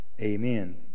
amen